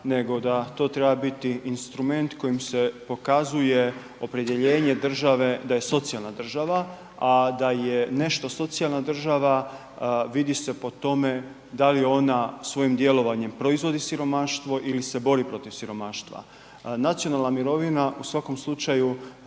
nego da to treba biti instrument kojim se pokazuje opredjeljenje države da je socijalna država a da je nešto socijalna država, vidi se po tome da li ona svojim djelovanjem proizvodi siromaštvo ili se bori protiv siromaštva. Nacionalna mirovina u svakom slučaju